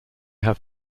have